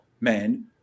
men